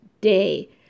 day